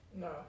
No